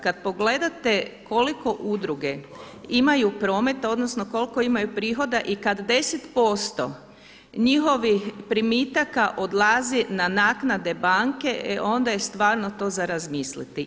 Kada pogledate koliko udruge imaju prometa odnosno koliko imaju prihoda i kada 10% njihovih primitaka odlazi na naknade banke, e onda je stvarno to za razmisliti.